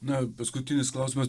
na paskutinis klausimas